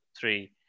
Three